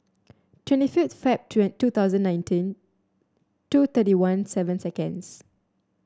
twenty fifth Feb two two thousand nineteen two thirty one seven seconds